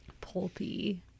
pulpy